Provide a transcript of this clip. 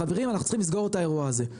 חברים אנחנו צריכים לסגור את האירוע הזה.